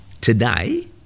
today